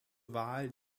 wahl